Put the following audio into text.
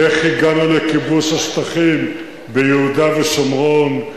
איך הגענו לכיבוש השטחים ביהודה ושומרון?